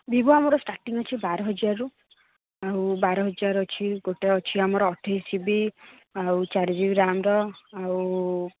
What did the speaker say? Vivo ଆମର starting ଅଛି ବାର ହଜାରରୁ ଆଉ ବାର ହଜାର ଅଛି ଗୋଟେ ଅଛି ଆମର ଅଠେଇଶ ଜି ବି ଆଉ ଚାରି ଜି ବି ରାମର ଆଉ